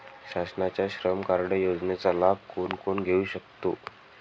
शासनाच्या श्रम कार्ड योजनेचा लाभ कोण कोण घेऊ शकतो?